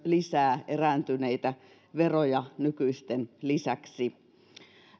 lisää erääntyneitä veroja nykyisten lisäksi